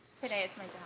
today, it's my